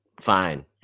fine